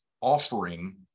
offering